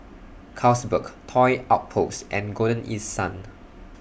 Carlsberg Toy Outpost and Golden East Sun